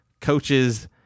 coaches